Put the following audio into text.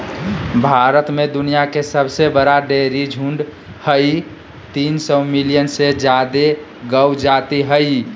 भारत में दुनिया के सबसे बड़ा डेयरी झुंड हई, तीन सौ मिलियन से जादे गौ जाती हई